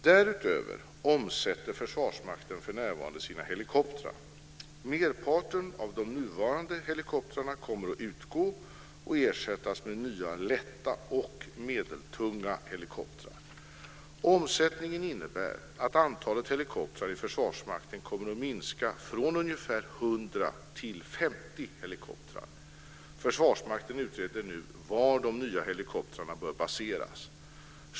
Därutöver omsätter Försvarsmakten för närvarande sina helikoptrar. Merparten av de nuvarande helikoptrarna kommer att utgå och ersättas med nya lätta och medeltunga helikoptrar. Omsättningen innebär att antalet helikoptrar i Försvarsmakten kommer att minska från ungefär 100 till 50 helikoptrar. Försvarsmakten utreder nu var de nya helikoptrarna bör baseras.